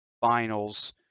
finals